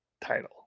title